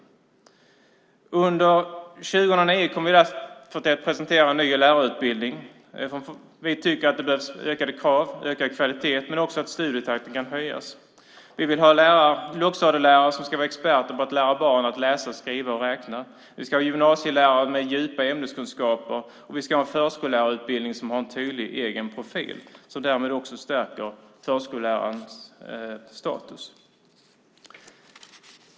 Under 2009 kommer vi därför att presentera en ny lärarutbildning. Vi tycker att det behövs ökade krav och kvalitet men också att studietakten kan höjas. Vi vill ha lågstadielärare som ska vara experter på att lära barn att läsa, skriva och räkna. Vi ska ha gymnasielärare med djupa ämneskunskaper, och vi ska ha en förskolelärarutbildning som har en tydlig egen profil som därmed också stärker förskollärarnas status.